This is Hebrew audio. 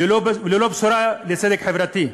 וללא בשורה של צדק חברתי,